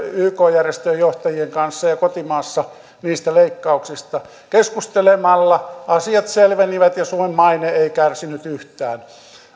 yk järjestöjen johtajien kanssa ja kotimaassa niistä leikkauksista keskustelemalla asiat selvenivät ja suomen maine ei kärsinyt yhtään